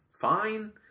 fine